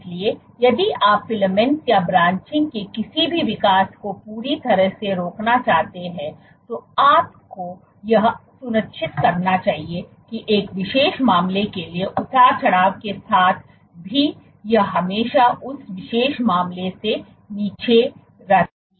इसलिए यदि आप फिलामेंट्स या ब्रांचिंग के किसी भी विकास को पूरी तरह से रोकना चाहते हैं तो आपको यह सुनिश्चित करना चाहिए कि एक विशेष मामले के लिए उतार चढ़ाव के साथ भी यह हमेशा इस विशेष मामले से नीचे रहता है